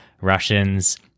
Russians